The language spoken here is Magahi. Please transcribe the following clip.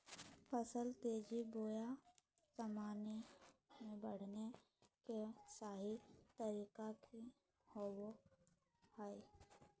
फसल तेजी बोया सामान्य से बढने के सहि तरीका कि होवय हैय?